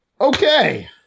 Okay